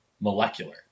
Molecular